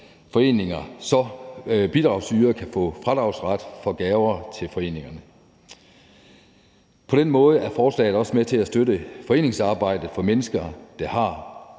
så bidragsydere kan få fradragsret for gaver til foreningerne. På den måde er forslaget også med til at støtte foreningsarbejde for mennesker, der er